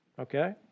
Okay